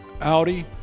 Audi